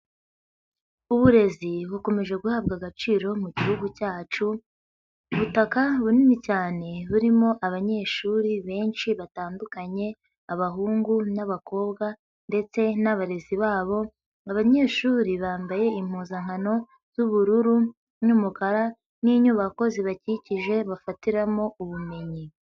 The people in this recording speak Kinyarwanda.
Uburezi bukomeje guhabwa agaciro mu gihugu cyacu, ubutaka bunini cyane burimo abanyeshuri benshi batandukanye, abahungu n'abakobwa ndetse n'abarezi babo, abanyeshuri bambaye impuzankano z'ubururu n'umukara n'inyubako zibakikije bafatiramo ubumenyi.